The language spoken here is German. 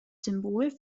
symbol